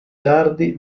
tardi